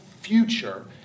future